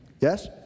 Yes